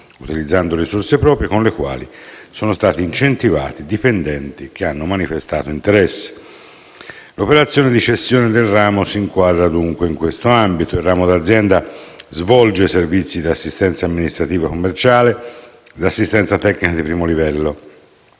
utilizzando risorse proprie con le quali sono stati incentivati dipendenti che hanno manifestato interesse. L'operazione di cessione del ramo si inquadra dunque in questo ambito. Il ramo d'azienda svolge servizi di assistenza amministrativo-commerciale e tecnica di primo livello